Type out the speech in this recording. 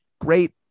great